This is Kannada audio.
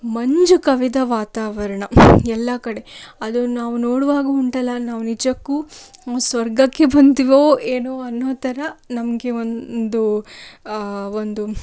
ಮಂಜು ಕವಿದ ವಾತಾವರಣ ಎಲ್ಲಾ ಕಡೆ ಅದು ನಾವು ನೋಡುವಾಗ ಉಂಟಲ್ಲ ನಾವು ನಿಜಕ್ಕೂ ನಾವು ಸ್ವರ್ಗಕ್ಕೆ ಬಂದಿವೋ ಏನೋ ಅನ್ನೋಥರ ನಮಗೆ ಒಂದು ಒಂದು